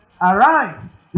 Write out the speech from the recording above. Arise